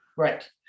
right